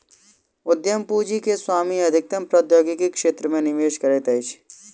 उद्यम पूंजी के स्वामी अधिकतम प्रौद्योगिकी क्षेत्र मे निवेश करैत अछि